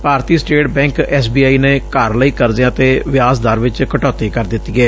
Bharatiya state bank S B I ਨੇ ਘਰ ਲਈ ਕਰਜ਼ਿਆਂ ਤੇ ਵਿਆਜ ਦਰ ਚ ਕਟੌਤੀ ਕਰ ਦਿੱਤੀ ਏ